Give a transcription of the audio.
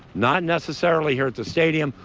not necessarily here at the stadium,